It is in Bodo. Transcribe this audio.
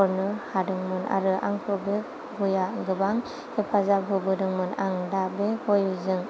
हरनो हादोंमोन आरो आंखौ बे गयआ गोबां हेफाजाब होबोदोंमोन आं दा बे गयजों